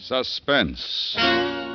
Suspense